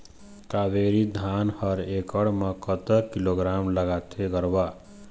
कावेरी धान हर एकड़ म कतक किलोग्राम लगाथें गरवा?